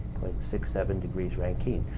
six seven degrees rankine.